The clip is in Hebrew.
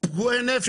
פגועי נפש.